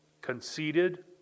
Conceited